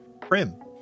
Prim